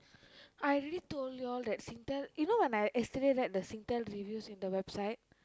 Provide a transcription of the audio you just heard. I already told you all that Singtel you know when I yesterday read the Singtel reviews at the website